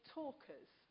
talkers